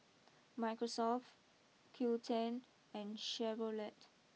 Microsoft Qoo ten and Chevrolet